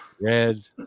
red